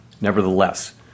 Nevertheless